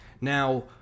Now